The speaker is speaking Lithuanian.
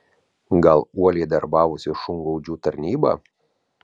gal uoliai darbavosi šungaudžių tarnyba